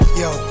yo